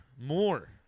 more